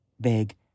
big